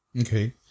Okay